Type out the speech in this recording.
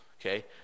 Okay